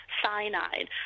cyanide